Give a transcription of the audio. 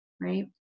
right